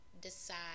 decide